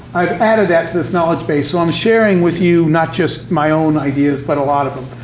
i've added that to this knowledge base. so i'm sharing with you, not just my own ideas, but a lot of them.